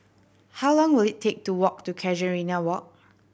how long will it take to walk to Casuarina Walk